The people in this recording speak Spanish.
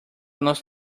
nos